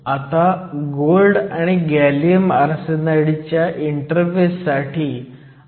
तर आता शेवटचा प्रश्न पाहू